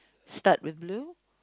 start with blue